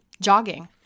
jogging